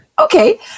okay